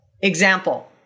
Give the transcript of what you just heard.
Example